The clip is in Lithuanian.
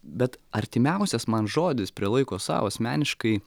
bet artimiausias man žodis prie laiko sau asmeniškai